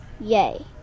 yay